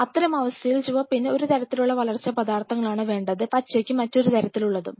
അത്തരം അവസ്ഥയിൽ ചുവപ്പിന് ഒരു തരത്തിലുള്ള വളർച്ചാ പദാർഥങ്ങളാണ് വേണ്ടത് പച്ചയ്ക്കു മറ്റൊരു തരത്തിലുള്ളതും